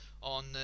on